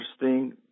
interesting